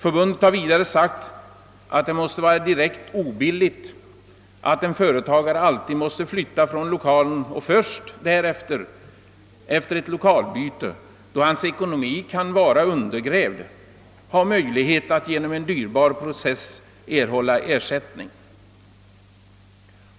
Förbundet har vidare sagt att det måste vara direkt obilligt att en företagare alltid måste flytta från lokalen och först efter ett lokalbyte, då hans ekonomi kan vara undergrävd, ha möjlighet att genom en dyrbar process erhålla ersättning.